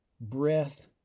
breath